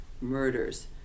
murders